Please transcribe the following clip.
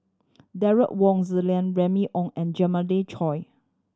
Derek Wong Zi Liang Remy Ong and Jeremiah Choy